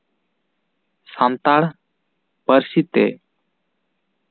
ᱥᱟᱱᱛᱟᱲ ᱯᱟᱹᱨᱥᱤ ᱛᱮ